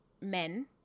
men